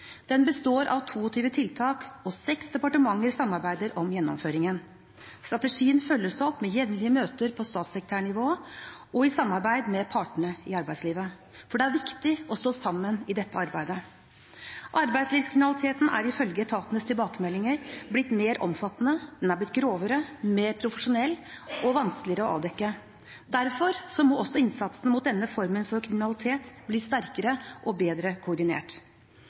Den består av 22 tiltak, og seks departementer samarbeider om gjennomføringen. Strategien følges opp med jevnlige møter på statssekretærnivå og i samarbeid med partene i arbeidslivet, for det er viktig å stå sammen i dette arbeidet. Arbeidslivskriminaliteten er ifølge etatenes tilbakemeldinger blitt mer omfattende, den er blitt grovere, mer profesjonell og vanskeligere å avdekke. Derfor må også innsatsen mot denne formen for kriminalitet bli sterkere og bedre koordinert.